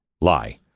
Lie